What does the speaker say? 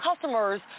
customers